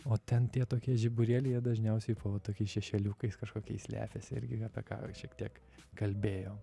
o ten tie tokie žiburėliai jie dažniausiai po tokiais šešėliukais kažkokiais slepiasi irgi apie ką šiek tiek kalbėjom